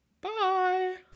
Bye